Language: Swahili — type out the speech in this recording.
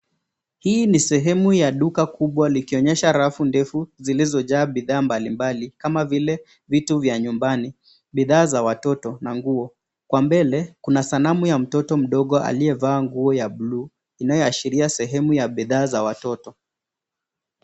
Hii ni sehemu ya duka kubwa likionyesha rafu ndefu zilizojaa bidhaa mbalimbali kama vile vitu vya nyumbani, bidhaa za watoto na nguo, kwa mbele kuna sanamu ya mtoto mdogo aliyevaa nguo ya buluu inayoashiria sehemu ya bidhaa za watoto.